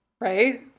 Right